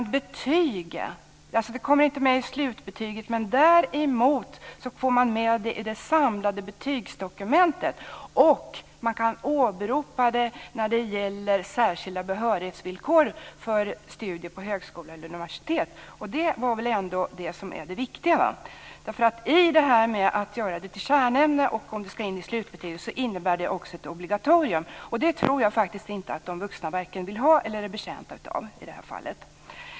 Det kommer inte med i slutbetyget, men däremot får man med det i det samlade betygsdokumentet och man kan åberopa det när det gäller särskilda behörighetsvillkor för studier på högskola eller universitet. Det är väl ändå det som är det viktiga! Om ämnena görs till kärnämnen och ska in i slutbetyget innebär det ett obligatorium - och det tror jag faktiskt inte att de vuxna vare sig vill ha eller är betjänta av i det här fallet.